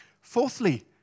Fourthly